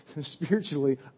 spiritually